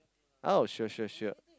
oh sure sure sure